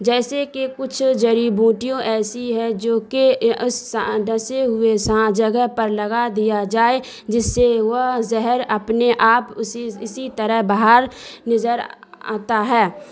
جیسے کہ کچھ جڑی بوٹیوں ایسی ہیں جوکہ ڈنسے ہوئے سا جگہ پر لگا دیا جائے جس سے وہ زہر اپنے آپ اسی اسی طرح باہر نظر آتا ہے